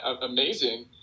amazing